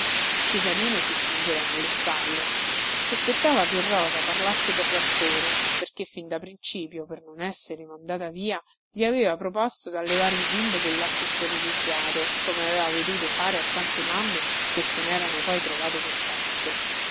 cesarino si stringeva nelle spalle sospettava che rosa parlasse per rancore perché fin da principio per non essere mandata via gli aveva proposto dallevare il bimbo col latte sterilizzato come aveva veduto fare a tante mamme che se nerano poi trovate